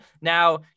Now